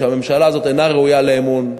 שהממשלה הזאת אינה ראויה לאמון,